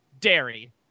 Dairy